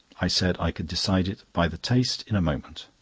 i said i could decide it by the taste in a moment.